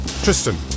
Tristan